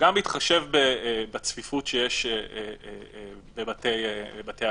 וגם בהתחשב בצפיפות שיש בבתי הכלא.